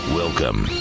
welcome